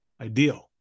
ideal